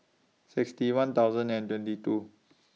sixty one thousand twenty two